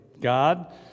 God